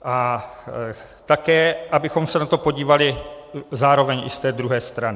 A také abychom se na to podívali zároveň i z té druhé strany.